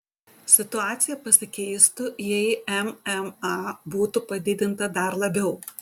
situacija pasikeistų jei mma būtų padidinta dar labiau